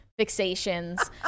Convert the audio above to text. fixations